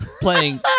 playing